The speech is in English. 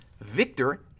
Victor